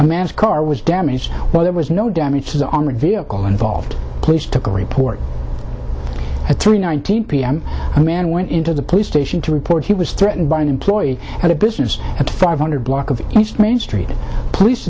a man's car was damaged well there was no damage to the armored vehicle involved police took a report at three nineteen p m a man went into the police station to report he was threatened by an employee at a business at five hundred block of east main street police